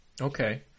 Okay